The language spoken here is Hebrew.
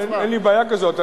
אין לי בעיה כזאת,